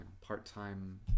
Part-time